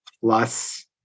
plus